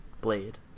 blade